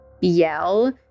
yell